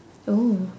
oh